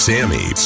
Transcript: Sammy